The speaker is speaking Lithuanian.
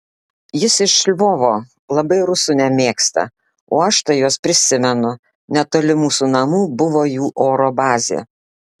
jis iš lvovo labai rusų nemėgsta o aš tai juos prisimenu netoli mūsų namų buvo jų oro bazė